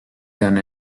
done